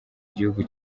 igihugu